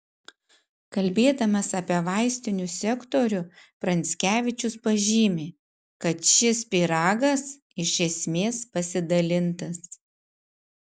kalbėdamas apie vaistinių sektorių pranckevičius pažymi kad šis pyragas iš esmės pasidalintas